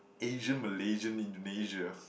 Asian Malaysian Indonesia